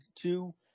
two